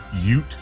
ute